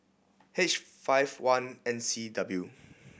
H five one N C W